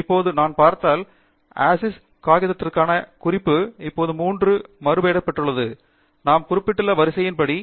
இப்போது நான் பார்த்தால் அசிஸ் காகிதத்திற்கான குறிப்பு இப்போது 3 என மறுபெயரிடப்பட்டுள்ளது நாம் குறிப்பிட்டுள்ள வரிசைமுறையின் படி